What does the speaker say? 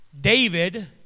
David